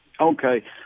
Okay